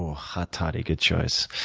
hot toddy, good choice.